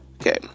Okay